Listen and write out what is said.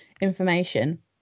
information